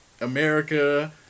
America